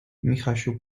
michasiu